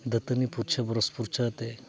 ᱫᱟᱹᱛᱟᱹᱱᱤ ᱯᱷᱟᱹᱨᱪᱟᱹ ᱵᱨᱟᱥ ᱯᱷᱟᱹᱨᱪᱟᱹ ᱠᱟᱛᱮᱫ